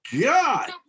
God